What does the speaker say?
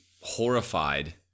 horrified